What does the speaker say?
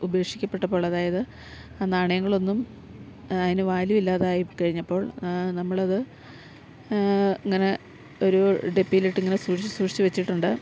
ഉപേക്ഷിക്കപ്പെട്ടപ്പോൾ അതായത് ആ നാണയങ്ങളൊന്നും അതിന് വാല്യു ഇല്ലാതായി കഴിഞ്ഞപ്പോൾ നമ്മളത് ഇങ്ങനെ ഒരു ഡെപ്പിയിലിട്ടിങ്ങനെ സൂക്ഷിച്ച് സൂക്ഷിച്ച് വെച്ചിട്ടുണ്ട്